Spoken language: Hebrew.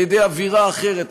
על-ידי אווירה אחרת,